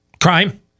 Crime